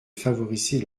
favoriser